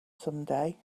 someday